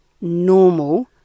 normal